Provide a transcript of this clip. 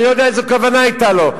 אני לא יודע איזו כוונה היתה לו.